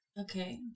okay